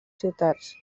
ciutats